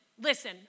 listen